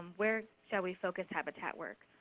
where shall we focus habitat work?